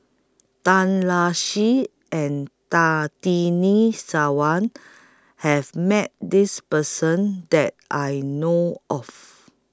Tan Lark Sye and Sarwan has Met This Person that I know of